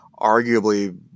Arguably